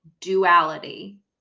duality